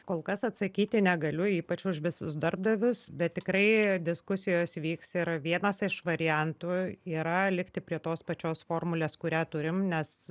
kol kas atsakyti negaliu ypač už visus darbdavius bet tikrai diskusijos vyks ir vienas iš variantų yra likti prie tos pačios formulės kurią turim nes